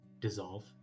dissolve